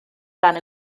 ran